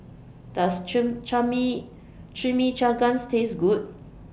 Does Chimichangas Taste Good